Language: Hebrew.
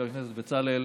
וחבר הכנסת בצלאל,